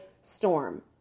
storm